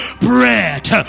bread